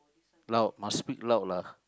loud must speak loud lah